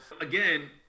again